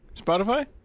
Spotify